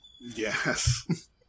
yes